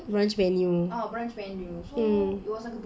brunch menu mm